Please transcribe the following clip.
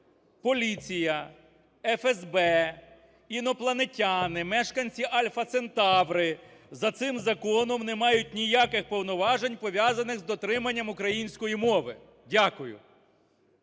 поліція, ФСБ, інопланетяни, мешканці Альфа Центаври за цим законом не мають ніяких повноважень, пов'язаних з дотриманням української мови. Дякую.